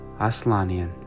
Aslanian